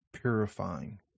purifying